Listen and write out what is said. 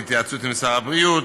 בהתייעצות עם שר הבריאות.